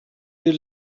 you